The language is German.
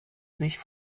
sich